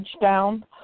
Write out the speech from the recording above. down